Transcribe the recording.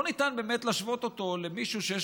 לא ניתן באמת להשוות אותו למישהו שיש